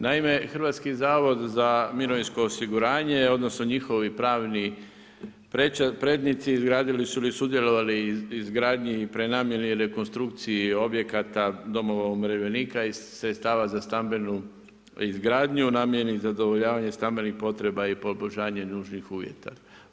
Naime, Hrvatski zavod za mirovinsko osiguranje odnosno njihovi pravni prednici izgradili su ili sudjelovali u izgradnji i prenamjeni i rekonstrukciji objekata domova umirovljenika i sredstava za stambenu izgradnju u namjeni zadovoljavanje stambenih potreba i poboljšanje nužnih uvjeta.